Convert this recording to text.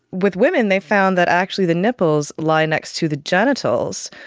with women they found that actually the nipples lie next to the genitals,